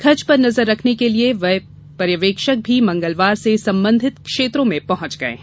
खर्च पर नजर रखने के लिए व्यय पर्यवेक्षक भी मंगलवार से संबंधित क्षेत्रों में पहंच गए हैं